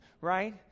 right